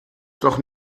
doch